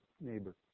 neighbor